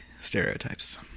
stereotypes